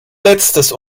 letztes